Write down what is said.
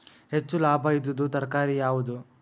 ಹೆಚ್ಚು ಲಾಭಾಯಿದುದು ತರಕಾರಿ ಯಾವಾದು?